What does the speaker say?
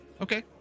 Okay